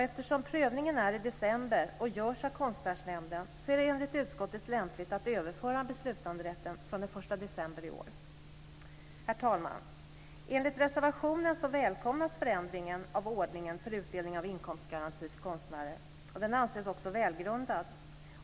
Eftersom prövningen är i december och görs av Konstnärsnämnden är det enligt utskottet lämpligt att överföra beslutanderätten från den Herr talman! Enligt reservationen välkomnas förändringen av ordningen för utdelning av inkomstgaranti till konstnärer. Den anses också välgrundad.